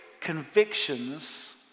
convictions